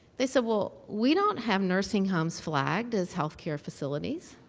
they said, well, we don't have nursing homes flagged as healthcare facilities.